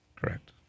Correct